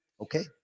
Okay